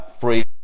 free